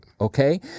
okay